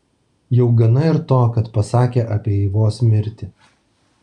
jau gana ir to kad pasakė apie eivos mirtį